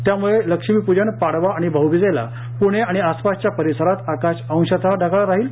त्यामुळे लक्ष्मीपूजन पाडवा आणि भाऊबीजेला पूणे आणि आसपासच्या परिसरात आकाश अंशतः ढगाळ राहील